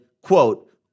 quote